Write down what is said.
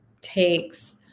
takes